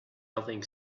nothing